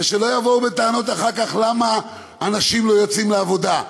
ושלא יבואו אחר כך בטענות למה אנשים לא יוצאים לעבודה.